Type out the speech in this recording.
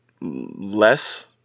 less